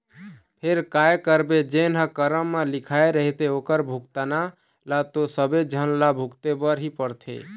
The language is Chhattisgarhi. फेर काय करबे जेन ह करम म लिखाय रहिथे ओखर भुगतना ल तो सबे झन ल भुगते बर ही परथे